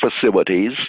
facilities